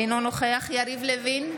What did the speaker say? אינו נוכח יריב לוין,